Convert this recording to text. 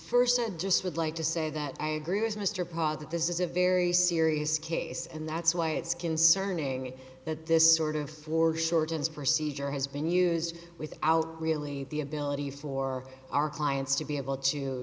first i just would like to say that i agree with mr parr that this is a very serious case and that's why it's concerning that this sort of war shortens procedure has been used without really the ability for our clients to be able to